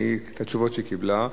אלה התשובות שהיא קיבלה.